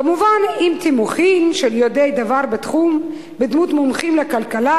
כמובן עם תימוכין של יודעי דבר בתחום בדמות מומחים לכלכלה,